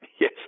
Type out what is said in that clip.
Yes